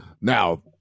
Now